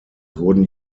wurden